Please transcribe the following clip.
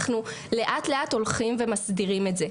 אנחנו לאט-לאט הולכים ומסדירים את זה,